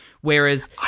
Whereas